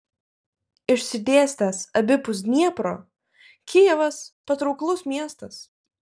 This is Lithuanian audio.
išsidėstęs abipus dniepro kijevas patrauklus miestas